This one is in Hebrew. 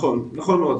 נכון מאוד,